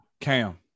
Cam